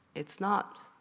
it's not,